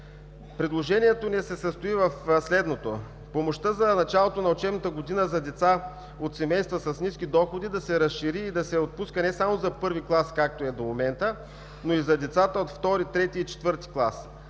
Предложението ни се състои в следното: помощта за началото на учебната година за деца от семейства с ниски доходи да се разшири и да се отпуска не само за първи клас, както е до момента, но и за децата от втори, трети и четвърти клас.